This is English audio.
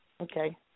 Okay